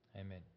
Amen